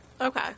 Okay